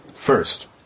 First